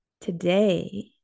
today